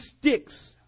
sticks